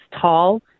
tall